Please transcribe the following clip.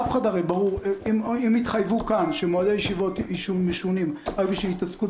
הם התחייבו כאן שמועדי הישיבות משונים רק בשביל ההתעסקות